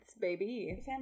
baby